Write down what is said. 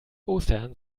ostern